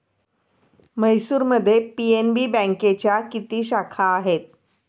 म्हैसूरमध्ये पी.एन.बी बँकेच्या किती शाखा आहेत?